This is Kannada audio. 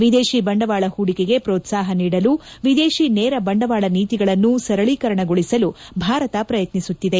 ವಿದೇಶಿ ಬಂಡವಾಳ ಹೂಡಿಕೆಗೆ ಪ್ರೋತ್ಸಾಹ ನೀಡಲು ವಿದೇಶಿ ನೇರ ಬಂಡವಾಳ ನೀತಿಗಳನ್ನು ಸರಳೀಕರಣಗೊಳಿಸಲು ಭಾರತ ಪ್ರಯತ್ನಿಸುತ್ತಿದೆ